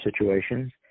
situations